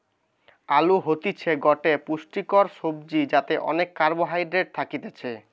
আলু হতিছে গটে পুষ্টিকর সবজি যাতে অনেক কার্বহাইড্রেট থাকতিছে